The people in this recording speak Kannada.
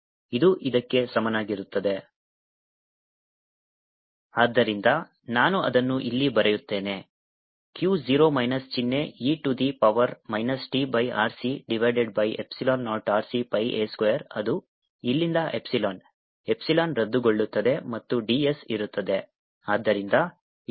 ds B2πs 00Q0e tRC0RCπa2×πs2 B 0Q0e tRC πs22πRC πa2s Bdis 0Q0e tRC s2πRC a2 ಆದ್ದರಿಂದ ನಾನು ಅದನ್ನು ಇಲ್ಲಿ ಬರೆಯುತ್ತೇನೆ Q 0 ಮೈನಸ್ ಚಿಹ್ನೆ e to the power minus t by RC divided by epsilon naught RC pi a square ಅದು ಇಲ್ಲಿಂದ ಎಪ್ಸಿಲಾನ್ ಎಪ್ಸಿಲಾನ್ ರದ್ದುಗೊಳ್ಳುತ್ತದೆ ಮತ್ತು ds ಇರುತ್ತದೆ